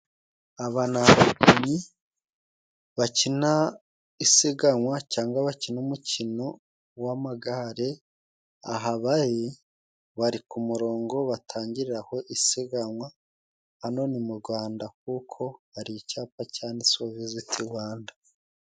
Aba ni abakinnyi bakina isiganywa cyangwa bakina umukino w'amagare, aha bari bari ku murongo batangiriraho isiganywa hano ni mu Rwanda kuko hari icyapa cyanditseho viziti Rwanda.